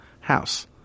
house